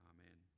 Amen